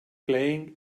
playing